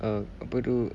err apa tu